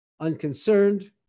unconcerned